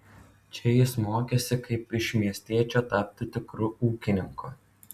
čia jis mokėsi kaip iš miestiečio tapti tikru ūkininku